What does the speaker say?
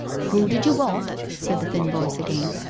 who did you woant said the thin voice again.